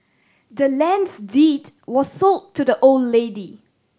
the land's deed was sold to the old lady